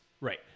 right